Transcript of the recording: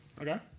Okay